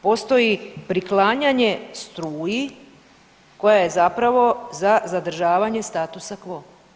Postoji priklanjanje struji koja je zapravo za zadržavanje statusa quo.